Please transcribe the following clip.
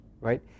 right